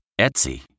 Etsy